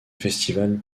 festival